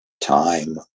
time